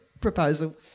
proposal